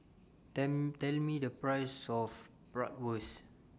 them Tell Me The Price of Bratwurst